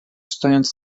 stojąc